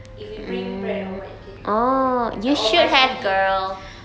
if we bring bread or what you can eat at that point of time or buy something